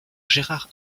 gérard